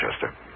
Chester